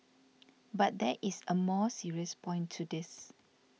but there is a more serious point to this